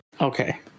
Okay